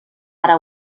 ara